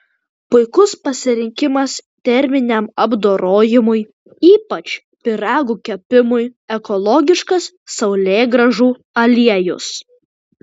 puikus pasirinkimas terminiam apdorojimui ypač pyragų kepimui ekologiškas saulėgrąžų aliejus